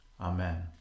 Amen